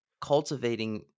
cultivating